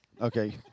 Okay